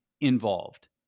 involved